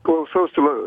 klausausi va